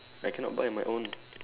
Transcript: I cannot buy my own